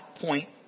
point